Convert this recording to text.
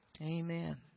Amen